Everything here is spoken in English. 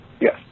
Yes